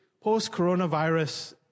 post-coronavirus